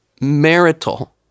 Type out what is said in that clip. marital